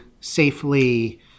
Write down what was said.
safely